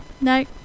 no